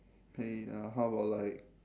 !hey! uh how about like